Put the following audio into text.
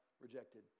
rejected